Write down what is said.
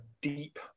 deep